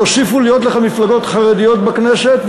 יוסיפו להיות לך מפלגות חרדיות בכנסת,